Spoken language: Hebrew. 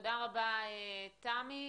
תודה רבה, תמי.